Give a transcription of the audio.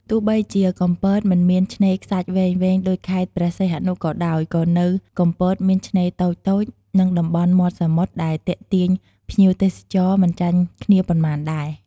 ទោះបីជាកំពតមិនមានឆ្នេរខ្សាច់វែងៗដូចខេត្តព្រះសីហនុក៏ដោយ ក៏នៅកំពតមានឆ្នេរតូចៗ និងតំបន់មាត់សមុទ្រដែលទាក់ទាញភ្ញៀវទេសចរមិនចាញ់គ្នាប៉ុន្មានដែរ។